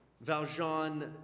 Valjean